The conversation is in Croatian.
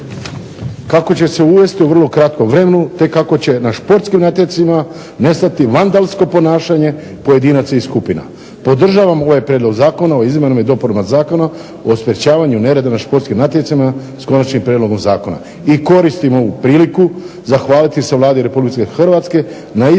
kako će se uvesti u vrlo kratkom vremenu, te kako će na športskim natjecanjima nestati vandalsko ponašanje pojedinaca i skupina. Podržavam ovaj Prijedlog Zakona o izmjenama i dopunama Zakona o sprječavanju nereda na športskim natjecanjima, s konačnim prijedlogom zakona. I koristim ovu priliku zahvaliti se Vladi Republike Hrvatske na izradi